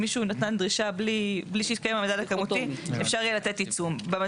אם אנחנו מוציאים מכלל יכולת להטיל עיצום או סנקציה